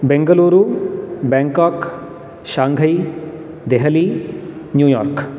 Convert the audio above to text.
Bengaluru Bangkok Shanghai Delhi New York